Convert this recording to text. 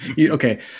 Okay